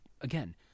again